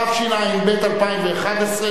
התשע"ב 2011,